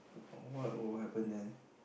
what will happen then